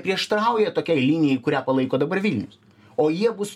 prieštarauja tokiai linijai kurią palaiko dabar vilnius o jie bus